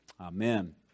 Amen